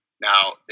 Now